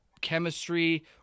chemistry